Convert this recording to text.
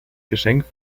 geschenk